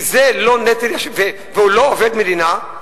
והוא לא עובד המדינה,